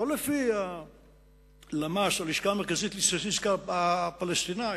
לא לפי הלמ"ס או הלשכה המרכזית לסטטיסיטיקה הפלסטינית,